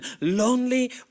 lonely